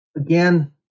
Again